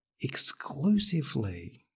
exclusively